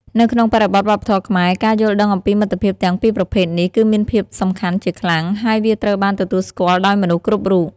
នៅក្នុងបរិបទវប្បធម៌ខ្មែរ ការយល់ដឹងអំពីមិត្តភាពទាំងពីរប្រភេទនេះគឺមានភាពសំខាន់ជាខ្លាំង ហើយវាត្រូវបានទទួលស្គាល់ដោយមនុស្សគ្រប់រូប។